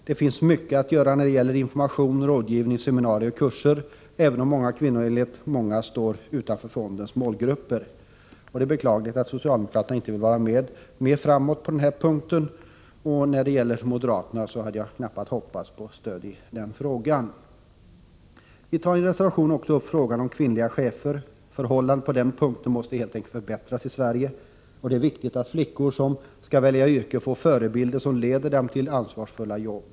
Det finns mycket att göra när det gäller information, rådgivning, seminarier och kurser, även om kvinnorna enligt många står utanför fondernas målgrupper. Det är beklagligt att socialdemokraterna inte vill vara mer framåt på denna punkt. När det gäller moderaterna har jag knappast hoppats på stöd i frågan. Vi tar också i en reservation upp frågan om kvinnliga chefer. Förhållandena på den punkten måste helt enkelt förbättras i Sverige. Det är viktigt att flickor som skall välja yrke får förebilder som leder dem till ansvarsfulla jobb.